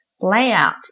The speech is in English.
layout